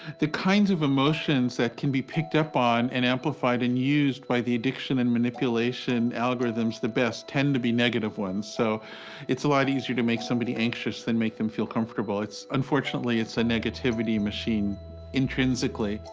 the kinds of emotions that can be picked up on an amplified in, used by the addiction and manipulation algorithms the best tend to be negative ones. so it's a lot easier to make somebody's anxious than make them feel comfortable. it's unfortunately, it's a negativity machine intrinsically.